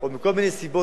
או מכל מיני סיבות,